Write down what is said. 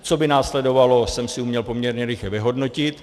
Co by následovalo, jsem si uměl poměrně rychle vyhodnotit.